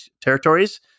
territories